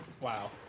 Wow